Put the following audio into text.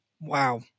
Wow